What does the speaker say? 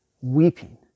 weeping